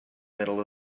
middle